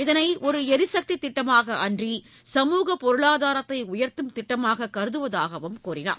இதனை ஒரு எரிசக்தி திட்டமாக அன்றி சமூகப் பொருளாதாரத்தை உயர்த்தும் திட்டமாக கருதுவதாகக் கூறினார்